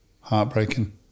Heartbreaking